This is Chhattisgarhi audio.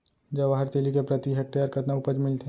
जवाहर तिलि के प्रति हेक्टेयर कतना उपज मिलथे?